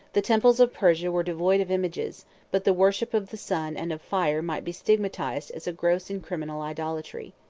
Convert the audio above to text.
the temples of persia were devoid of images but the worship of the sun and of fire might be stigmatized as a gross and criminal idolatry.